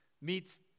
meets